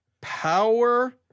power